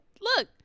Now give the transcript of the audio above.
look